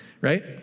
right